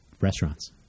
restaurants